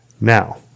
Now